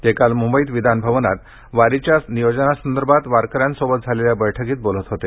ते काल म्ंबईत विधानभवनात वारीच्या नियोजनासंदर्भात वारकऱ्यांसोबत झालेल्या बैठकीत बोलत होते